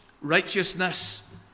righteousness